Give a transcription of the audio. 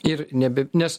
ir nebep nes